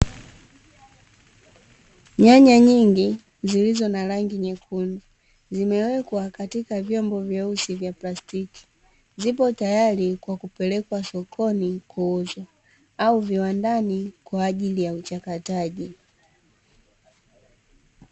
Nyanya nyingi zilizo na rangi nyekundu, zimewekwa katika vyombo vyeusi vya plastiki. Zipo tayari kwa kupelekwa sokoni kuuzwa au viwandani kwa ajili ya uchakataji.